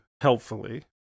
helpfully